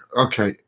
okay